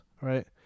right